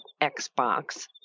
Xbox